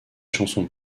chansons